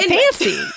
fancy